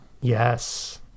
Yes